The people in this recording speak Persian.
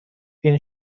این